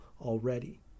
already